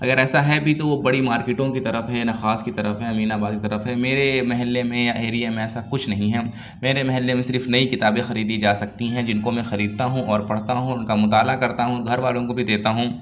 اگر ایسا ہے بھی تو وہ بڑی مارکیٹوں کی طرف ہے نخاس کی طرف ہے امین آباد کی طرف ہے میرے محلے میں یا ایریے میں ایسا کچھ نہیں ہے میرے محلے میں صرف نئی کتابیں خریدی جا سکتی ہیں جن کو میں خریدتا ہوں اور پڑھتا ہوں اُن کا مطالعہ کرتا ہوں گھر والوں کو بھی دیتا ہوں